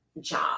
job